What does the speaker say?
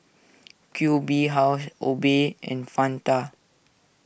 Q B House Obey and Fanta